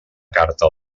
carta